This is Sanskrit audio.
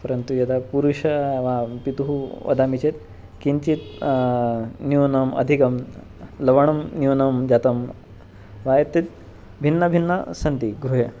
परन्तु यदा पुरुषो वा पितुः वदामि चेत् किञ्चित् न्यूनम् अधिकं लवणं न्यूनं जातं वा एतत् भिन्नभिन्नं सन्ति गृहे